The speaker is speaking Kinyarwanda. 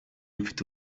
mfite